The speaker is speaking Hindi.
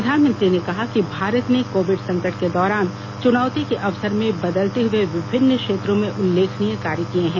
प्रधानमंत्री ने कहा कि भारत ने कोविड संकट के दौरान चुनौती को अवसर में बदलते हुए विभिन्न क्षेत्रों में उल्लेखनीय कार्य किए हैं